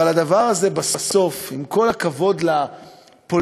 אבל הדבר הזה, בסוף, עם כל הכבוד לפוליטיקה,